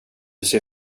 ser